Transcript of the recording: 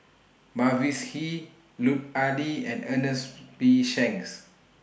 Mavis Hee Lut Ali and Ernest P Shanks